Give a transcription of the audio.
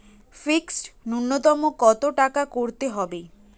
Fixed নুন্যতম কত টাকা করতে হবে?